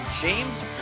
james